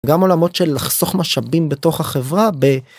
גם עולמות של לחסוך משאבים בתוך החברה ב...